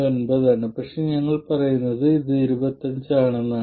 9 ആണ് പക്ഷേ ഞങ്ങൾ പറയുന്നത് ഇത് 25 ആണെന്നാണ്